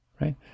right